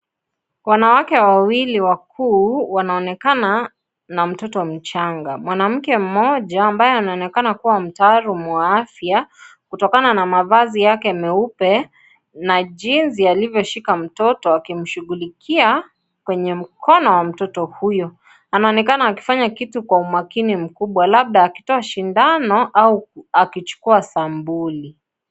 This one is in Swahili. Wanawake wawili wakuu wanaonekana na mtoto mchanga. Mwanamke mmoja ambaye anaonekana kuwa mtaalum wa afya kutokana na mavazi yake meupe na jinsi alivyoshika mtoto akimshughulikia kwenye mkono wa mtoto huyo. Anaonekana akifanya kitu kwa umakini mkumbwa labda akitoa sindano au akichukua sambuli.